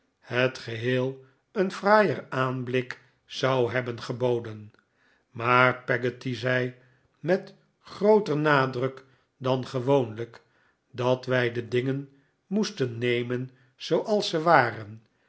het geheel een fraaier aanblik zou hebben geboden maar peggotty zei met grooter nadruk dan gewoonlijk dat wij de dingen moesten nemen zooals ze waren